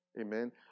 Amen